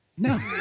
No